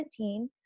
2017